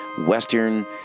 Western